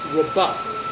robust